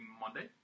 Monday